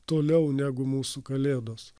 toliau negu mūsų kalėdos